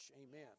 Amen